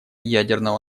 ядерного